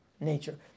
Nature